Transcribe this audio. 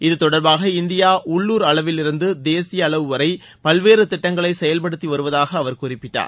இத்தொடர்பாக இந்தியா உள்ளுர் அளவிலிருந்து தேசிய அளவுவளர பல்வேறு திட்டங்களை செயல்படுத்தி வருவதாக அவர் குறிப்பிட்டார்